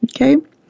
Okay